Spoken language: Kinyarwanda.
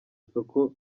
isoko